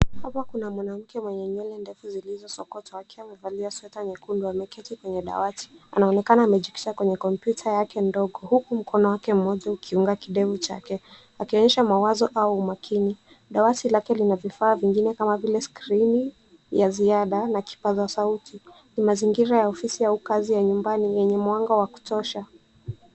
Hapa kuna mwanamke mwenye nywele ndefu zilizosokotwa, akiwa amevalia sweta nyekundu. Ameketi kwenye dawati. Anaonekana amejikita kwenye kompyuta yake ndogo, huku mkono wake moja ukiunga kidevu chake, akionyesha mawazo au umakini. Dawati lake lina vifaa vingine kama vile skrini ya ziada na kipaza sauti. Ni mazingira ya ofisi au kazi ya nyumbani yenye mwanga wa kutosha.